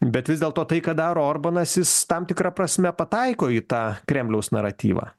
bet vis dėlto tai ką daro orbanas jis tam tikra prasme pataiko į tą kremliaus naratyvą